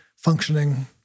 functioning